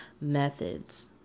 methods